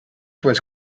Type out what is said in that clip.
was